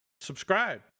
subscribe